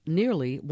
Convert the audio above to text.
nearly